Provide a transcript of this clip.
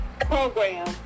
program